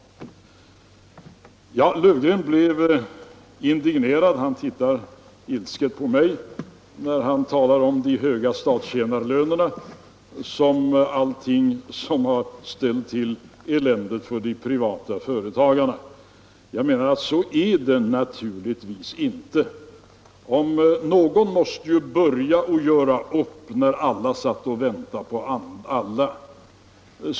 Herr Löfgren blev indignerad och tittade ilsket på mig när han talade om de höga statstjänarlönerna, som har ställt till sådant elände för de privata företagarna. Så är det naturligtvis inte. Någon måste ju börja göra upp när alla satt och väntade på alla.